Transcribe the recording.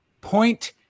point